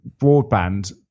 broadband